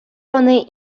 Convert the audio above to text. вони